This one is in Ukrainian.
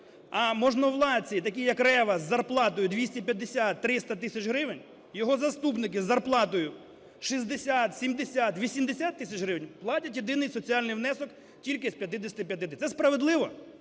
а можновладці, такі як Рева з зарплатою 250-300 тисяч гривень і його заступники з зарплатою 60, 70, 80 тисяч гривень платять єдиний соціальний внесок тільки з 55. Це справедливо?